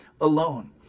alone